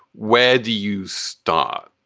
where do you start?